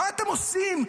מה אתם עושים?